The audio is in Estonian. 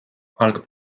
algab